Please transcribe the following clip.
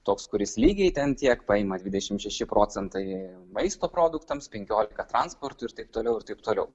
toks kuris lygiai ten tiek paima dvidešimt šeši procentai maisto produktams penkiolika transportui ir taip toliau ir taip toliau